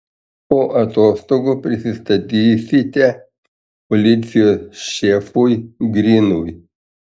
po atostogų prisistatysite policijos šefui grinui